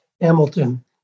Hamilton